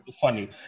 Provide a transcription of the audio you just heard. funny